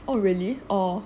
oh really orh